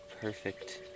perfect